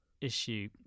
issue